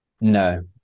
No